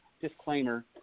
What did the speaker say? disclaimer